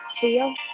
Feel